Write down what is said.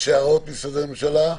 יש הערות למשרדי הממשלה?